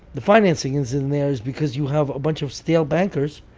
the financing isn't there because you have a bunch of stale bankers,